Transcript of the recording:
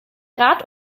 rat